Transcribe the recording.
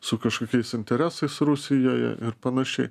su kažkokiais interesais rusijoje ir panašiai